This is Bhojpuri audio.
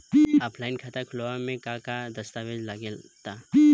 ऑफलाइन खाता खुलावे म का का दस्तावेज लगा ता?